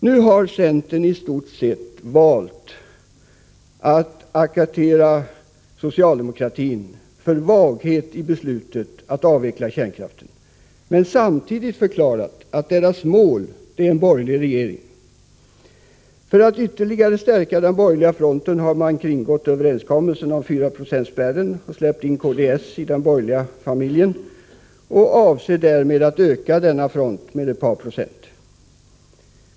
Nu har centern i stort sett valt att attackera socialdemokratin för vaghet i beslutet att avveckla kärnkraften, men samtidigt förklarat att dess mål är en borgerlig regering. För att ytterligare stärka den borgerliga fronten har man kringgått överenskommelsen om 4-procentsspärren och släppt in kds i den borgerliga familjen och avser därmed att öka denna front med ett par procent.